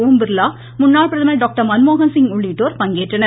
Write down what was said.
ஓம் பிர்லா முன்னாள் பிரதமர் டாக்டர் மன்மோகன்சிங் உள்ளிட்டோர் பங்கேற்றனர்